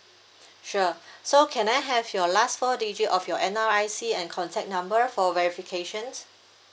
sure so can I have your last four digit of your N_R_I_C and contact number for verifications